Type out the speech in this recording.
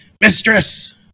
Mistress